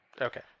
Okay